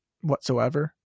whatsoever